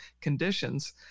conditions